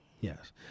Yes